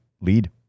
lead